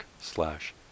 slash